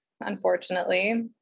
unfortunately